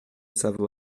savoir